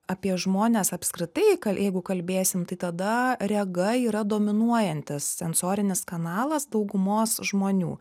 apie žmones apskritai ka jeigu kalbėsim tai tada rega yra dominuojantis sensorinis kanalas daugumos žmonių